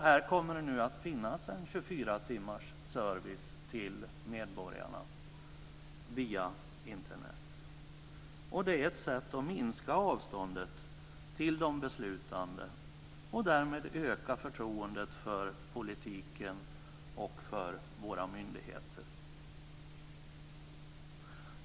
Här kommer det nu att finnas en 24-timmars service till medborgarna via Internet. Det är ett sätt att minska avståndet till de beslutande och därmed öka förtroendet för politiken och för våra myndigheter.